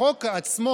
בחוק עצמו,